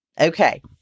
Okay